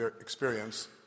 experience